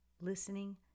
listening